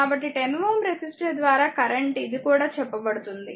కాబట్టి 10Ω రెసిస్టర్ ద్వారా కరెంట్ ఇది కూడా చెప్పబడుతుంది